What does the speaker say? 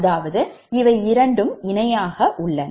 அதாவது இவை இரண்டும் இணையாக உள்ளன